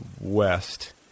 west